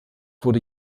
wurde